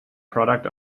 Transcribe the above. product